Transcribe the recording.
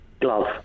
Glove